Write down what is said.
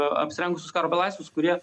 apsirengusius karo belaisvius kurie